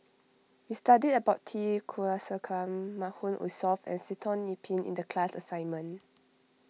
we studied about T Kulasekaram Mahmood Wusof and Sitoh Yih Pin in the class assignment